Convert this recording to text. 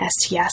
STS